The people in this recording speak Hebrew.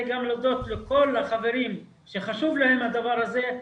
גם להודות לכל החברים שחשוב להם הדבר הזה.